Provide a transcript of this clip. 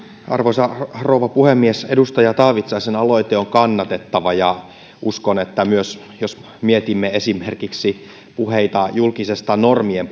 arvoisa rouva puhemies edustaja taavitsaisen aloite on kannatettava uskon myös jos mietimme esimerkiksi puheita julkisesta normien